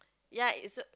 ya it's a